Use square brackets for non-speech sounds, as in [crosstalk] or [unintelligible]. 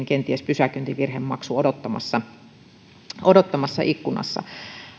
[unintelligible] kenties pysäköintivirhemaksu odottamassa odottamassa ikkunassa